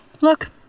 look